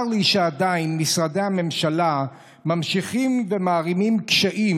צר לי שעדיין משרדי הממשלה ממשיכים להערים קשיים